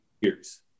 years